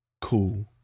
Cool